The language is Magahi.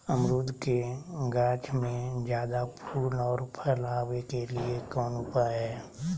अमरूद के गाछ में ज्यादा फुल और फल आबे के लिए कौन उपाय है?